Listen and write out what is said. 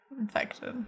infected